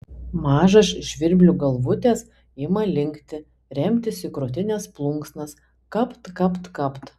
mažos žvirblių galvutės ima linkti remtis į krūtinės plunksnas kapt kapt kapt